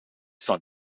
san